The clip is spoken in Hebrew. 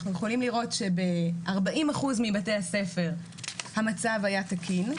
יכולים לראות שב-40% מבתי הספר המצב היה תקין,